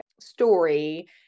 story